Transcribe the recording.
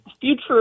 future